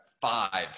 five